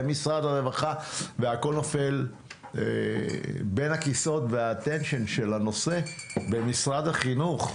למשרד הרווחה והכול נופל בין הכיסאות והאטנשן של הנושא במשרד החינוך,